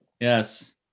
Yes